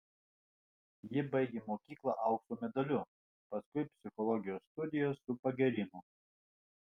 ji baigė mokyklą aukso medaliu paskui psichologijos studijas su pagyrimu